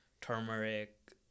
turmeric